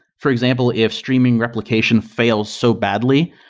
for example, if streaming replication fails so badly,